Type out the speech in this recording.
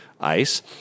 ICE